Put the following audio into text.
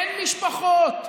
אין משפחות,